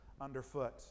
underfoot